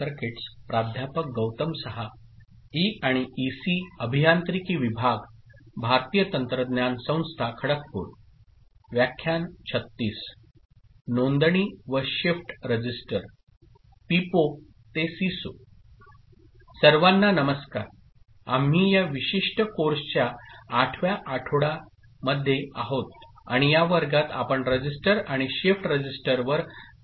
सर्वांना नमस्कार आम्ही या विशिष्ट कोर्सच्या 8 व्या आठवडा मध्ये आहोत आणि या वर्गात आपण रजिस्टर आणि शिफ्ट रजिस्टरवर चर्चा सुरू करू